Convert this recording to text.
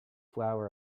flour